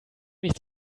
nicht